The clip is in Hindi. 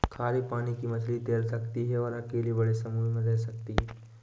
खारे पानी की मछली तैर सकती है और अकेले बड़े समूह में रह सकती है